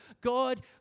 God